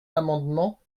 l’amendement